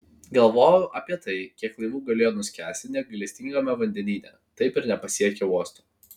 galvojau apie tai kiek laivų galėjo nuskęsti negailestingame vandenyne taip ir nepasiekę uosto